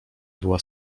była